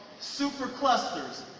superclusters